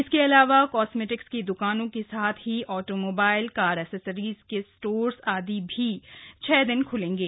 इसके अलावा कॉस्मेटिक की द्कानों के साथ ही ऑटोमोबाइल कार एक्सेसरीज स्टोर आदि भी छह दिन खूलेंगे